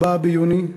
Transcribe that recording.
4 ביוני,